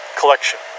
collection